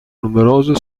numerose